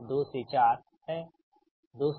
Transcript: यह 2 से 4 है